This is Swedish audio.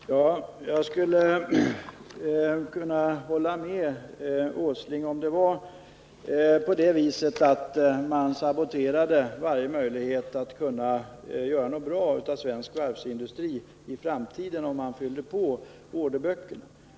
Herr talman! Jag skulle kunna hålla med herr Åsling om det var på det viset att man saboterade varje möjlighet att kunna göra något bra i svensk varvsindustri i framtiden om man fyllde på orderböckerna.